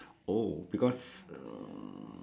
oh because um